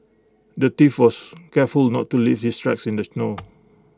the thief was careful not to leave his tracks in the snow